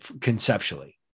conceptually